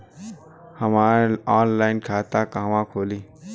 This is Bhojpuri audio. हमार ऑनलाइन खाता कहवा खुली?